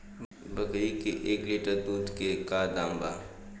बकरी के एक लीटर दूध के का दाम बा?